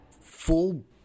full